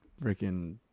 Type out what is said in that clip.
freaking